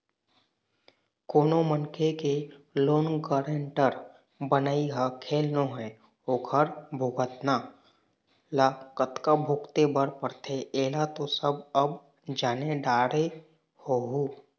कोनो मनखे के लोन गारेंटर बनई ह खेल नोहय ओखर भुगतना ल कतका भुगते बर परथे ऐला तो सब अब जाने डरे होहूँ